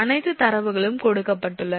அனைத்து தரவுகளும் கொடுக்கப்பட்டுள்ளன